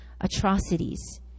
atrocities